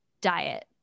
diet